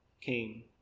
came